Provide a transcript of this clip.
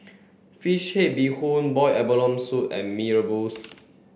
fish head bee hoon boiled abalone soup and Mee rebus